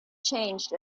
changed